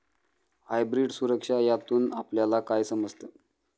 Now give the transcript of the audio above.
Hybrid सुरक्षा यातून आपल्याला काय समजतं?